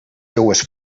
seues